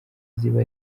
ziba